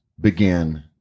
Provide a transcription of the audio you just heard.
begin